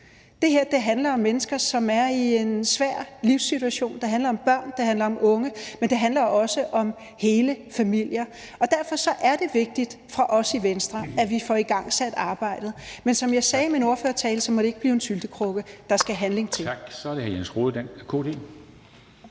Det her handler om mennesker, som er i en svær livssituation; det handler om børn; det handler om unge; men det handler også om hele familier. Og derfor er det vigtigt for os i Venstre, at vi får igangsat arbejdet. Men som jeg sagde i min ordførertale, må det ikke blive en syltekrukke – der skal handling til.